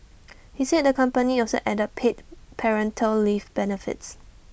he said the company also added paid parental leave benefits